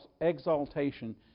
exaltation